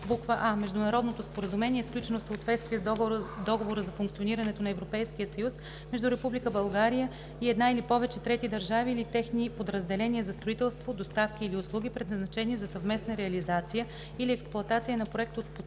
с: а) международно споразумение, сключено в съответствие с Договора за функционирането на Европейския съюз между Република България и една или повече трети държави или техни подразделения, за строителство, доставки или услуги, предназначени за съвместна реализация или експлоатация на проект от подписалите